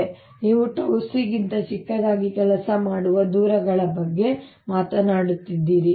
ಏಕೆಂದರೆ ನೀವು 𝜏 c ಗಿಂತ ಚಿಕ್ಕದಾಗಿ ಕೆಲಸ ಮಾಡುವ ದೂರಗಳ ಬಗ್ಗೆ ಮಾತನಾಡುತ್ತಿದ್ದೀರಿ